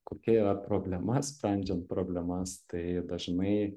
kokia yra problema sprendžiant problemas tai dažnai